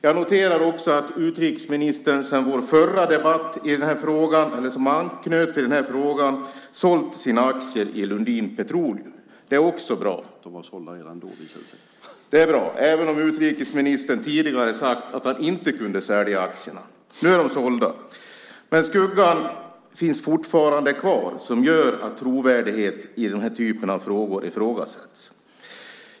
Jag noterar också att utrikesministern sedan vår förra debatt som anknöt till den här frågan har sålt sina aktier i Lundin Petroleum. Det är också bra. : De var sålda redan då, visade det sig.) Det är bra, även om utrikesministern tidigare sagt att han inte kunde sälja aktierna. Nu är de sålda. Men skuggan finns fortfarande kvar som gör att trovärdigheten i den här typen av frågor ifrågasätts.